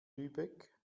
lübeck